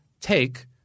take